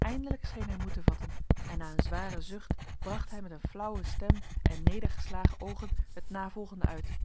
eindelijk scheen hij moed te vatten en na een zwaren zucht bracht hij met een flauwe stem en nedergeslagen oogen het navolgende uit